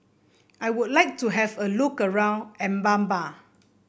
I would like to have a look around Mbabana